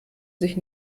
sich